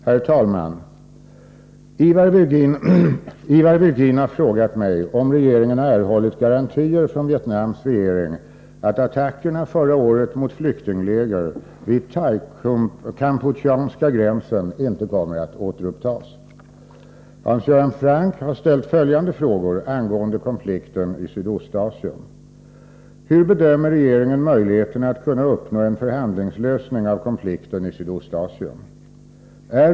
Herr talman! Ivar Virgin har frågat mig om regeringen har erhållit garantier från Vietnams regering att attackerna förra året mot flyktingläger vid thai-kampucheanska gränsen inte kommer att återupptas. Hans Göran Franck har ställt följande frågor angående konflikten i Sydostasien: 1. Hur bedömer regeringen möjligheterna att kunna uppnå en förhandlingslösning av konflikten i Sydostasien? 2.